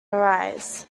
arise